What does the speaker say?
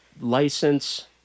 license